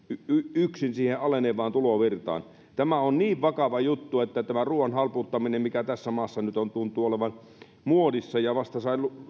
yksin siihen alenevaan tulovirtaan tämä on niin vakava juttu tämä ruoan halpuuttaminen mikä tässä maassa nyt tuntuu olevan muodissa ja vasta